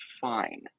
fine